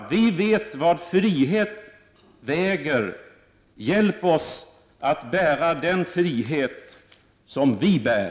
Vi vet vad frihet väger! Hjälp oss att bära den frihet som vi bär!